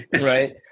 Right